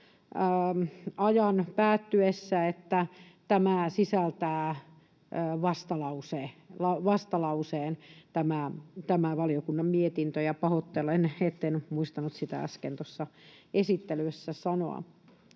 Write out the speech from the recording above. ajan päättyessä, että tämä valiokunnan mietintö sisältää vastalauseen. Pahoittelen, etten muistanut sitä äsken tuossa esittelyssä sanoa.